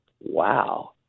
wow